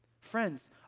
Friends